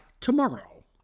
tomorrow